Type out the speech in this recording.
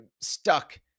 stuck